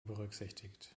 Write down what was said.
berücksichtigt